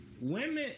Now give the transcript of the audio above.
Women